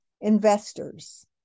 investors